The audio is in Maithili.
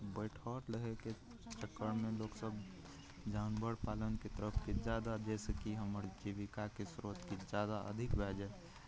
बैठल रहैके चक्करमे लोकसभ जानवर पालनके तरफ किछु जादा जाहिसेकि हमर जीविकाके स्रोत किछु जादा अधिक भए जाए